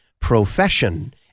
profession